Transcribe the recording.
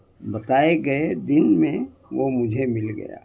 بتائے گئے دن میں وہ مجھے مل گیا